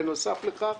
בנוסף לכך,